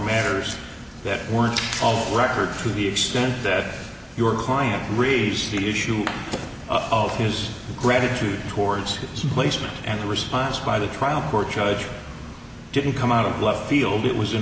matters that one all records to the extent that your client raised the issue of his gratitude towards his placement and the response by the trial court judge didn't come out of left field it was in